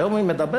היום היא מדברת